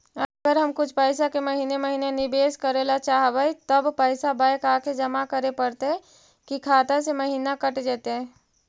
अगर हम कुछ पैसा के महिने महिने निबेस करे ल चाहबइ तब पैसा बैक आके जमा करे पड़तै कि खाता से महिना कट जितै?